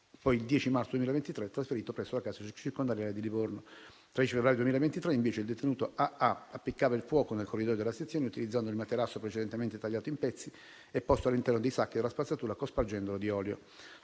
poi, il 10 marzo 2023, trasferito presso la casa circondariale di Livorno. In data 13 febbraio 2023 invece, il detenuto A.A. appiccava il fuoco nel corridoio della sezione, utilizzando il materasso precedentemente tagliato in pezzi e posto all'interno dei sacchi della spazzatura, cospargendolo d'olio.